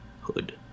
hood